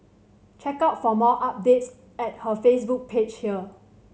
check out for more updates at her Facebook page here